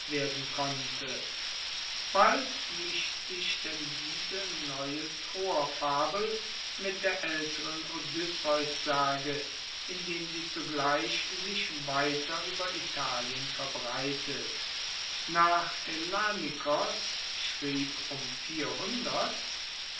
werden konnte bald mischt sich denn diese neue troerfabel mit der aelteren odysseussage indem sie zugleich sich weiter ueber italien verbreitet nach hellanikos schrieb um